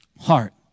heart